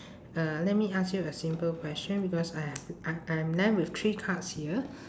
uh let me ask you a simple question because I a~ I I am left with three cards here